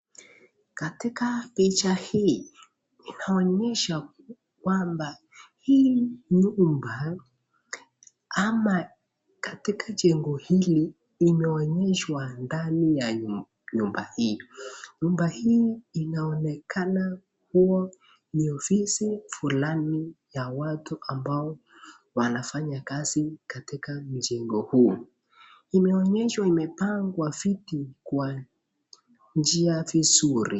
Katika picha hii inaonyesha kwamba hii nyumba ama katika jengo hili limeonyeshwa ndani ya nyumba hii. Nyuma hii inaonkana kuwa ni ofisi fulani ya watu ambao wanafanya kazi katika jengo huu. Imeonyeshwa viti imepangwa kwa njia vizuri.